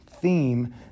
theme